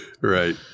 right